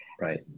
Right